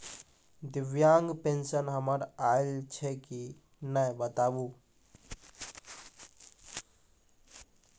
दिव्यांग पेंशन हमर आयल छै कि नैय बताबू?